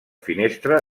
finestra